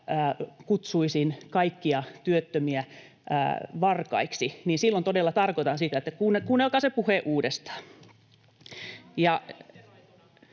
kutsuisin kaikkia työttömiä varkaiksi, niin silloin todella tarkoitan sitä. Kuunnelkaa se puhe uudestaan.